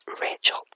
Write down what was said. Rachel